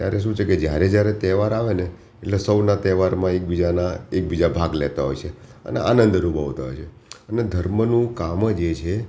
ત્યારે શું છે કે જ્યારે જ્યારે તહેવાર આવેને ત્યારે સૌના તહેવારમાં એકબીજાના એકબીજા ભાગ લેતા હોય છે અને આનંદ અનુભવતા હોય છે અને ધર્મનું કામ જ એ છે